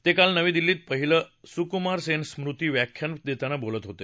ते काल नवी दिल्लीत पहिलं सुकुमार सेन स्मृती व्याख्यान देताना बोलत होते